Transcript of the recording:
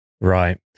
Right